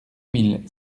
mille